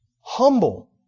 Humble